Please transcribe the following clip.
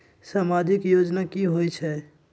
समाजिक योजना की होई छई?